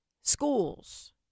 schools